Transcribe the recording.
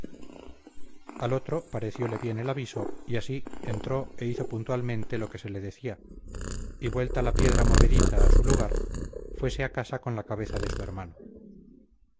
al otro parecióle bien el aviso y así entró e hizo puntualmente lo que se le decía y vuelta la piedra movediza a su lugar fuese a casa con la cabeza de su hermano